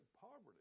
poverty